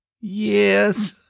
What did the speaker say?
Yes